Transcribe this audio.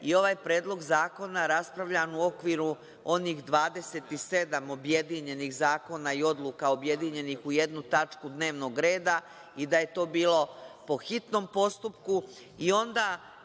i ovaj Predlog zakona raspravljamo u okviru onih 27 objedinjenih zakona i odluka objedinjenih u jednu tačku dnevnog reda i da je to bilo po hitnom postupku. Onda